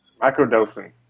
Microdosing